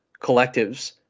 collectives